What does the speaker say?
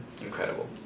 incredible